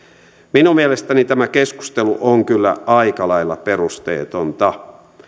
minun mielestäni tämä keskustelu on kyllä aika lailla perusteetonta